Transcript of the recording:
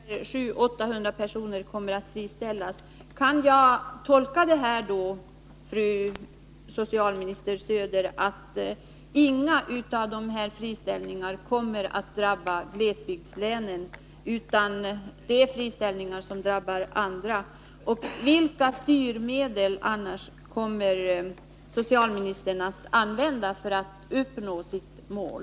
Herr talman! Det har tidigare beräknats att 700-800 personer kommer att friställas vid försäkringskassorna. Kan jag nu, socialminister Söder, tolka svaret så, att inga av dessa friställningar kommer att drabba glesbygdslänen utan andra? Och vilka styrmedel kommer socialministern att använda för att uppnå sitt mål?